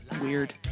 weird